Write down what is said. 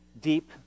deep